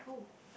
oh